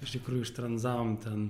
iš tikrųjų ištranzavom ten